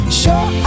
sure